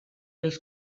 els